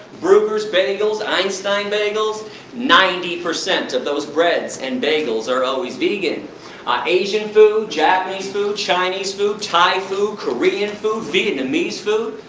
breugger's bagels, einstein bagels ninety percent of those breads and bagels are always vegan. our asian food, japanese food, chinese food, thai food, korean food, vietnamese food,